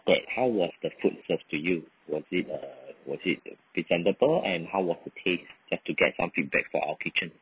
that how was the food served to you was it uh was it presentable and how was the taste just to get some feedback for our kitchen